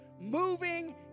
moving